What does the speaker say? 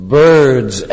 birds